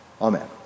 Amen